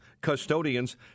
custodians